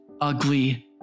ugly